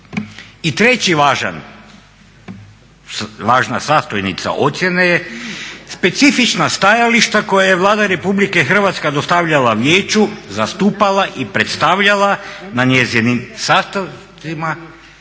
I treći važan, važna sastojnica ocjene je specifična stajališta koje je Vlada RH dostavljala Vijeću, zastupala i predstavljala na njezinim sastancima